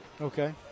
Okay